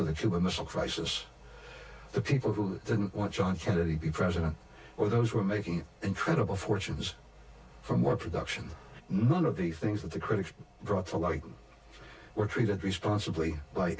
of the cuban missile crisis the people who didn't want john kennedy the president or those who are making incredible fortunes for more production one of the things that the critics brought for like were treated responsibly like